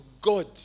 God